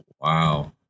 Wow